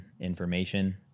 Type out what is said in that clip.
information